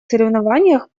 соревнованиях